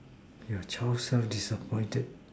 your child so disappointed